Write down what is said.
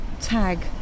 tag